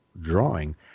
drawing